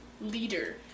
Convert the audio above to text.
leader